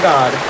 God